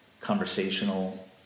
conversational